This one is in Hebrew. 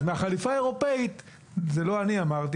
אז מהחליפה האירופית זה לא אני אמרתי,